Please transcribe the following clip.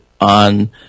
on